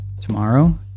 tomorrow